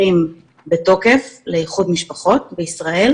30,000 משפחות ערביות סובלות,